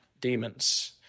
demons